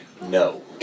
No